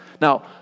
Now